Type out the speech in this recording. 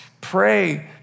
pray